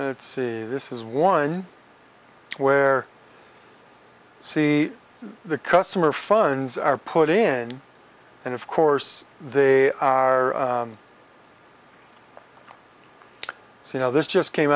it's see this is one where see the customer funds are put in and of course they are so you know this just came